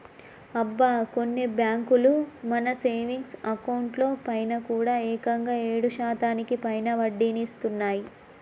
అబ్బా కొన్ని బ్యాంకులు మన సేవింగ్స్ అకౌంట్ లో పైన కూడా ఏకంగా ఏడు శాతానికి పైగా వడ్డీనిస్తున్నాయి